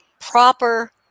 proper